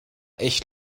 echt